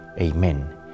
Amen